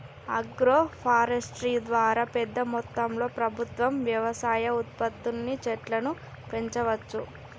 agro forestry ద్వారా పెద్ద మొత్తంలో ప్రభుత్వం వ్యవసాయ ఉత్పత్తుల్ని చెట్లను పెంచవచ్చు